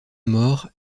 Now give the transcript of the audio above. mort